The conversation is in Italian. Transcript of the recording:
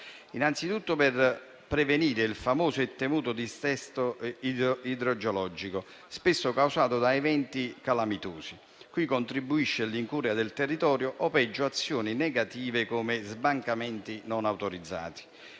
Innanzitutto per prevenire il famoso e temuto dissesto idrogeologico, spesso causato da eventi calamitosi, cui contribuiscono l'incuria del territorio o, peggio, azioni negative come sbancamenti non autorizzati.